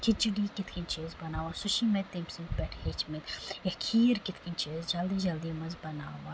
کھِچڈی کِتھ کٔنۍ چھِ أسۍ بَناوان سُہ چھِ مےٚ تٔمۍ سٕندۍ پٮ۪ٹھ ہٮ۪چھمٕتۍ یا کھیٖر کِتھ کٔنۍ چھِ أسۍ جلدی جلدی منٛز بَناوان